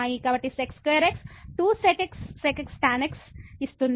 కాబట్టి sec2x 2 sec x sec x tan x ఇస్తుంది